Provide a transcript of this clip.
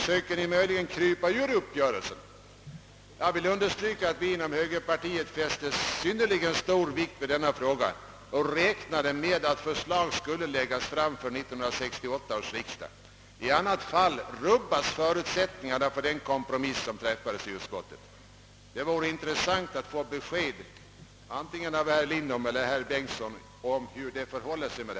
Söker ni möjligen krypa ur uppgörelsen? Jag vill understryka att vi inom högerpartiet fäster synnerlig vikt vid denna fråga och räknar med att förslag skall läggas fram till 1968 års riksdag. I annat fall rubbas förutsättningarna för den kompromiss som träffades i utskottet. Det vore intressant att få besked av herr Lindholm eller av herr Bengtsson om hur det förhåller sig.